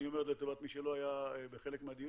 אני אומר את זה לטובת מי שלא היה בחלק מהדיונים,